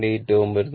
8 Ω വരുന്നു